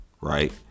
Right